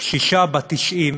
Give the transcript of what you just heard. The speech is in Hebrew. קשישה בת 90,